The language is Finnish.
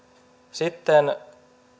sitten